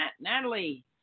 Natalie